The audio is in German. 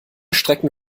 strecken